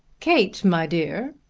kate, my dear,